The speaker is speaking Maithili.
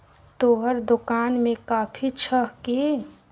तोहर दोकान मे कॉफी छह कि?